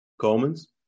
Coleman's